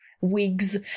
wigs